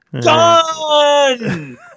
Done